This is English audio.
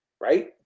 right